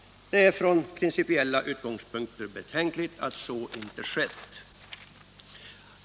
Det är från principiella utgångspunkter betänkligt att så inte skett.